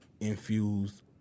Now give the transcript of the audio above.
infused